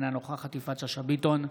אינה נוכחת יפעת שאשא ביטון,